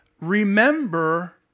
Remember